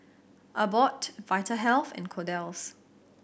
Abbott Vitahealth and Kordel's